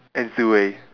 and zi-wei